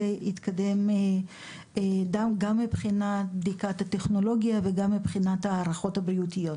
התקדם גם מבחינת בדיקת הטכנולוגיה וההערכות הבריאותיות.